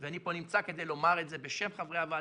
ואני פה נמצא כדי לומר את זה בשם חברי הוועדה,